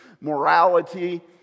morality—